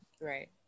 Right